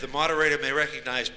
the moderator may recognize